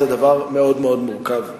זה דבר מאוד מאוד מורכב.